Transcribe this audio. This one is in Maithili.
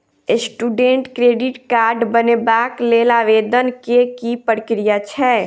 स्टूडेंट क्रेडिट कार्ड बनेबाक लेल आवेदन केँ की प्रक्रिया छै?